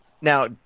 Now